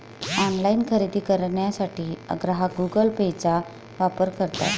online खरेदी करण्यासाठी ग्राहक गुगल पेचा वापर करतात